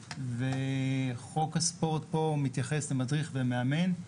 וחוק הספורט פה מתייחס למדריך ומאמן.